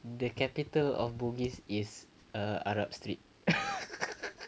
the capital of bugis is uh arab street